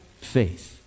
faith